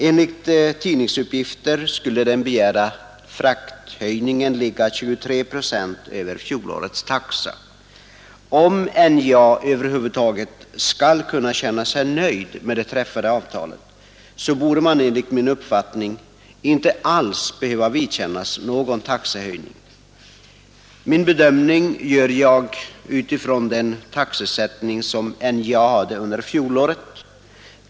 Enligt tidningsuppgifter skulle den begärda frakthöjningen ligga 23 procent över fjolårets taxa. Om NJA över huvud taget skall kunna känna sig nöjd med det träffade avtalet, borde man enligt min uppfattning inte alls behöva vidkännas någon taxehöjning. Min bedömning gör jag utifrån den taxesättning som under fjolåret gällde för NJA.